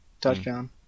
touchdown